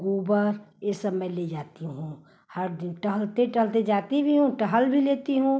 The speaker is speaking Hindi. गोबर ये सब मैं ले जाती हूँ हर दिन टहलते टहलते जाती भी हूँ टहल भी लेती हूँ